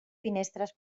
finestres